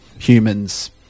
humans